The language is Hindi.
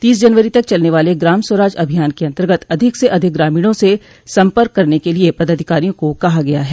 तीस जनवरी तक चलने वाले ग्राम स्वराज अभियान के अन्तर्गत अधिक से अधिक ग्रामीणों से सम्पर्क करने के लिये पदाधिकारियों को कहा गया है